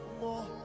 more